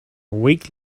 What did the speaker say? week